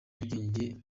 ubwigenge